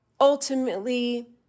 ultimately